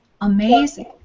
amazing